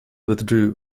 withdrew